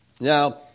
Now